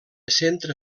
centra